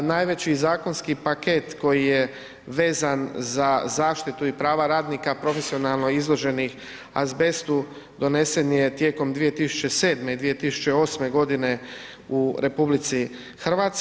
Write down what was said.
Najveći zakonski paket koji je vezan za zaštitu i prava radnika profesionalno izloženih azbestu donesen je tijekom 2007. i 2008.g. u RH.